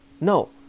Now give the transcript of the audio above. No